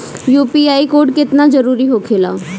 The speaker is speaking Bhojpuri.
यू.पी.आई कोड केतना जरुरी होखेला?